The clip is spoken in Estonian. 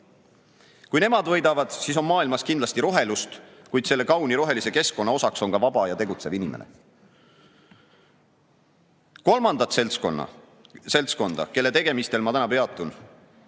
Kui nemad võidavad, siis on maailmas kindlasti rohelust, kuid selle kauni rohelise keskkonna osaks on ka vaba ja tegutsev inimene. Kolmandat seltskonda, kelle tegemistel ma täna peatun,